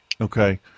Okay